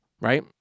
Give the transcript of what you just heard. right